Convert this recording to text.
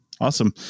Awesome